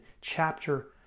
chapter